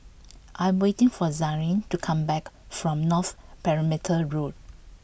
I am waiting for Zaire to come back from North Perimeter Road